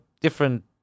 different